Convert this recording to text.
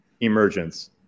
Emergence